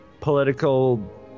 political